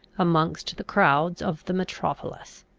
amongst the crowds of the metropolis.